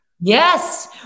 Yes